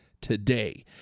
today